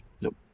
nope